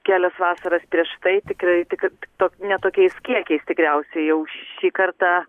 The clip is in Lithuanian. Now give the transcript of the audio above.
kelias vasaras prieš tai tikrai tik kad to ne tokiais kiekiais tikriausiai jau šį kartą